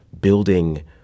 building